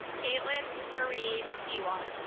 caitlin marie deewaar